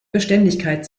beständigkeit